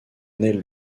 naît